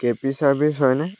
কে P service হয়নে